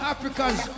Africans